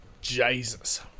Jesus